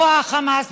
זרוע החמאס,